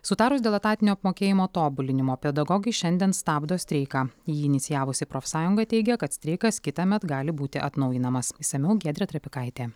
sutarus dėl etatinio apmokėjimo tobulinimo pedagogai šiandien stabdo streiką jį inicijavusi profsąjunga teigia kad streikas kitąmet gali būti atnaujinamas išsamiau giedrė trapikaitė